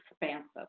expansive